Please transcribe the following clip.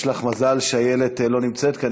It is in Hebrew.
יש לך מזל שאיילת לא נמצאת כאן,